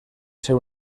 ser